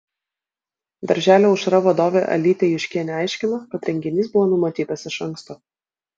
darželio aušra vadovė alytė juškienė aiškino kad renginys buvo numatytas iš anksto